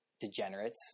degenerates